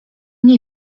nie